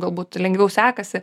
galbūt lengviau sekasi